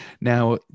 Now